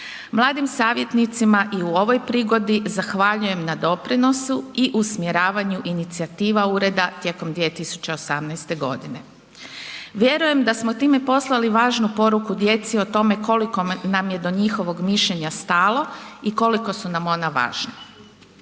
Mladim savjetnicima i u ovoj prigodi zahvaljujem na doprinosu i usmjeravanju inicijativa ureda tijekom 2018. godine. Vjerujem da smo time poslali važnu poruku djeci o tome koliko nam je do njihovog mišljena stalo i koliko su nam ona važna.